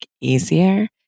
easier